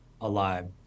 alive